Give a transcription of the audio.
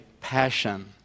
passion